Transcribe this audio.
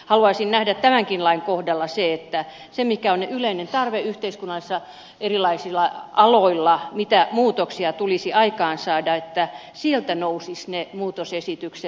haluaisin nähdä tämänkin lain kohdalla sen että siitä mikä on taloudellinen tarve yhteiskunnassa erilaisilla aloilla mitä muutoksia tulisi aikaansaada nousisivat ne muutosesitykset